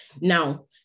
Now